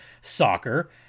soccer